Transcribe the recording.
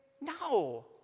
No